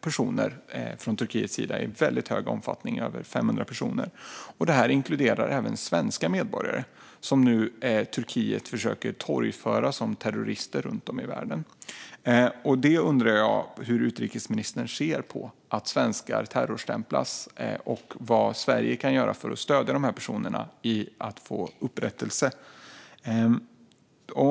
personer från Turkiets sida i väldigt stor omfattning - över 500 personer. Det inkluderar även svenska medborgare, som Turkiet nu försöker torgföra som terrorister runt om i världen. Jag undrar hur utrikesministern ser på att svenskar terrorstämplas. Och vad kan Sverige göra för att stödja dessa personer så att de kan få upprättelse?